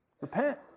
Repent